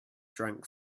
drank